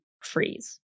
freeze